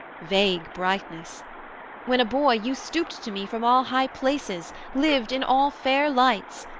vague brightness when a boy, you stooped to me from all high places, lived in all fair lights,